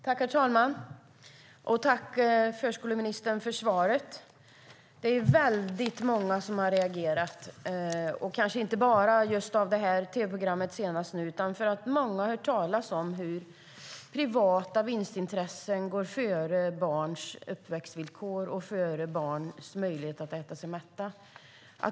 Herr talman! Jag tackar förskoleministern för svaret. Det är väldigt många som har reagerat kraftigt på tv-programmet senast och på hur privata vinstintressen går före barns uppväxtvillkor och deras möjlighet att äta sig mätta.